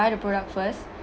buy the product first